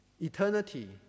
eternity